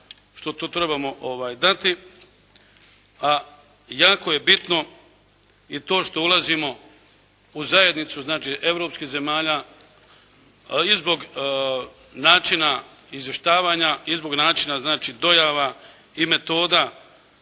što to trebamo dati, a jako je bitno i to što ulazimo u zajednicu, znači europskih zemalja i zbog načina izvještavanja i zbog načina znači dojava i metoda